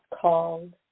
called